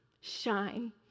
shine